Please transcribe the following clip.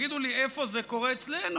תגידו לי, איפה זה קורה אצלנו?